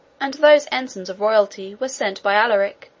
and those ensigns of royalty were sent by alaric,